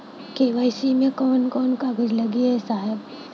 KYC मे कवन कवन कागज लगी ए साहब?